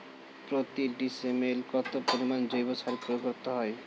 প্রতি ডিসিমেলে কত পরিমাণ জৈব সার প্রয়োগ করতে হয়?